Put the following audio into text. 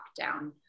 lockdown